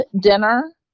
dinner